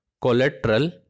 collateral